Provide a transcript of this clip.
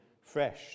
fresh